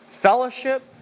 Fellowship